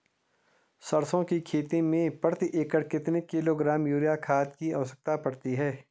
सरसों की खेती में प्रति एकड़ कितने किलोग्राम यूरिया खाद की आवश्यकता पड़ती है?